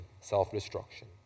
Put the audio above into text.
self-destruction